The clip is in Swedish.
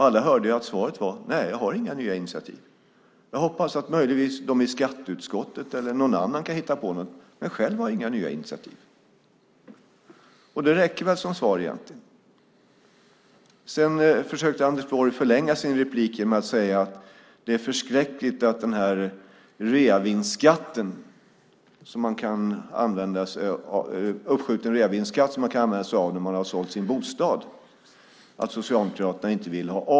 Alla hörde att svaret var: Nej, jag har inga nya initiativ. Jag hoppas att möjligtvis de i skatteutskottet eller någon annan kan hitta på något. Men själv har jag inga nya initiativ. Det räcker väl egentligen som svar. Sedan försökte Anders Borg förlänga sin replik genom att säga: Det är förskräckligt att Socialdemokraterna inte vill ha avgift på den uppskjutna reavinstskatt som man kan använda sig av när man har sålt sin bostad.